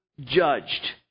judged